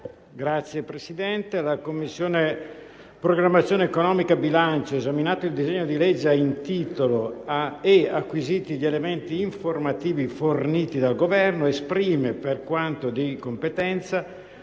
DAL GOVERNO La Commissione programmazione economica, bilancio, esaminato il disegno di legge in titolo e acquisiti gli elementi informativi forniti dal Governo, esprime, per quanto di competenza,